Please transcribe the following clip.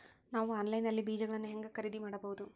ನಾವು ಆನ್ಲೈನ್ ನಲ್ಲಿ ಬೇಜಗಳನ್ನು ಹೆಂಗ ಖರೇದಿ ಮಾಡಬಹುದು?